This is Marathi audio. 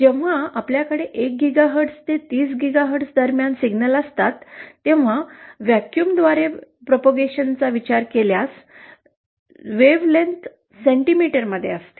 जेव्हा आपल्याकडे 1 गीगाहर्ट्झ ते 30 गीगाहर्ट्झ दरम्यान सिग्नल असतात तेव्हा पोकळीद्वारे प्रचाराचा विचार केल्यास तरंगलांबी सेंटीमीटरमध्ये असते